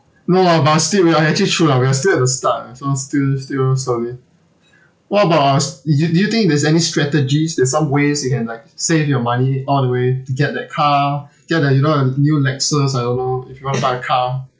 no ah but we still eh ya actually true lah we're still at the start ah so still still slowly what about s~ you do you think there's any strategies there's some ways you can like save your money all the way to get that car get that you know the new lexus I don't know if you want to buy a car